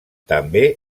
també